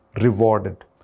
rewarded